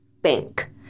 bank